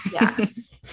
Yes